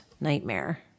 nightmare